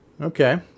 Okay